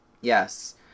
Yes